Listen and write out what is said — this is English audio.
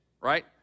right